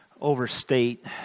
overstate